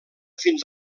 fins